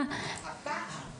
אני חושבת שאנחנו עשינו,